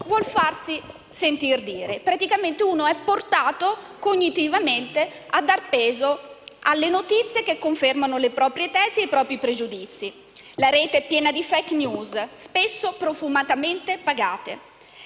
vuol farsi sentir dire; praticamente si è portati cognitivamente a dar peso alle notizie che confermano le proprie tesi e i propri pregiudizi. La Rete è piena di *fake news*, spesso profumatamente pagate.